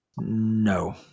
No